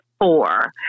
four